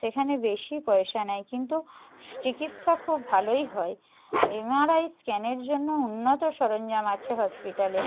সেখানে বেশি পয়সা নেয় কিন্তু চিকিৎসা খুব ভালোই হয় এমআরআই স্ক্যানের জন্য উন্নত সরঞ্জাম আছে হসপিটালে